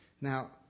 Now